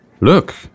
look